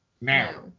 now